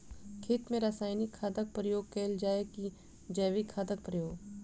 खेत मे रासायनिक खादक प्रयोग कैल जाय की जैविक खादक प्रयोग?